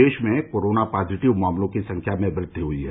देश में corona positive मामलों की संख्या में वृद्धि हुई है